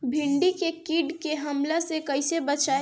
भींडी के कीट के हमला से कइसे बचाई?